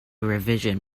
revision